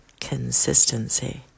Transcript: consistency